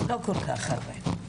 לא כל כך הרבה.